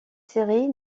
série